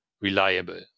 reliable